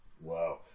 wow